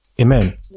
Amen